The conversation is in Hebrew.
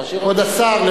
כבוד השר,